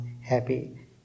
happy